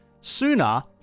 sooner